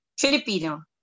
Filipino